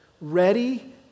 ready